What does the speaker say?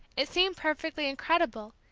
it seemed perfectly incredible,